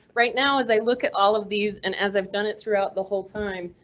right now, as i look at all of these, and as i've done it throughout the whole time,